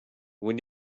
when